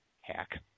Hack